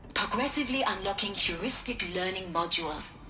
progressively unlocking heuristic learning modules.